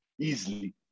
easily